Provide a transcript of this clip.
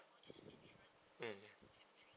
mm